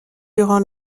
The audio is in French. durant